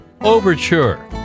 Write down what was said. Overture